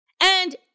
And-